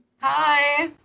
hi